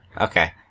Okay